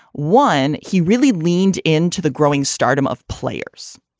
one, he really leaned into the growing stardom of players.